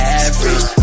average